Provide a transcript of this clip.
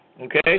Okay